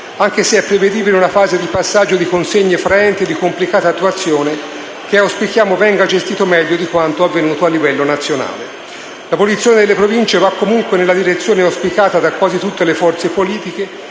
anche se è prevedibile una fase di passaggio di consegne fra enti di complicata attuazione, che auspichiamo venga gestito meglio di quanto avvenuto a livello nazionale. L'abolizione delle Province va comunque nella direzione auspicata da quasi tutte le forze politiche